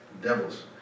devils